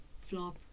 Flop